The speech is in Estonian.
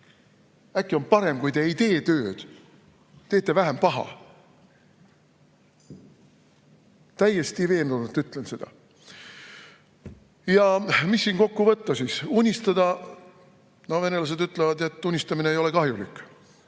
Äkki on parem, kui te ei tee tööd, teete vähem paha. Täiesti veendunult ütlen seda. Ja mis siin kokku võtta? Unistada? No venelased ütlevad, et unistamine ei ole kahjulik.